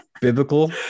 biblical